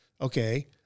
Okay